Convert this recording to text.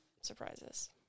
surprises